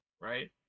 Right